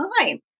time